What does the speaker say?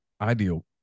ideal